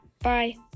Bye